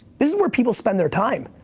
this is where people spend their time.